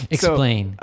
Explain